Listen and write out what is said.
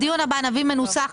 בדיון הבא נביא מנוסח,